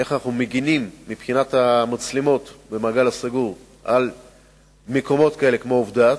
איך אנחנו מגינים מבחינת מצלמות במעגל הסגור על מקומות כמו עבדת.